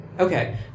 Okay